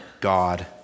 God